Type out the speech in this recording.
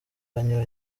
banywa